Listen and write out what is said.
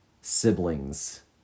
siblings